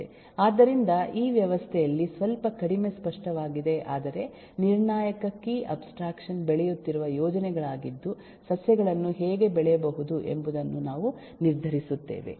ಆದ್ದರಿಂದ ಈ ವ್ಯವಸ್ಥೆಯಲ್ಲಿ ಸ್ವಲ್ಪ ಕಡಿಮೆ ಸ್ಪಷ್ಟವಾಗಿದೆ ಆದರೆ ನಿರ್ಣಾಯಕ ಕೀ ಅಬ್ಸ್ಟ್ರಾಕ್ಷನ್ ಬೆಳೆಯುತ್ತಿರುವ ಯೋಜನೆಗಳಾಗಿದ್ದು ಸಸ್ಯಗಳನ್ನು ಹೇಗೆ ಬೆಳೆಯಬಹುದು ಎಂಬುದನ್ನು ನಾವು ನಿರ್ಧರಿಸುತ್ತೇವೆ